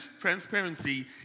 Transparency